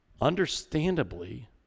understandably